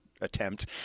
attempt